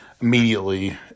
immediately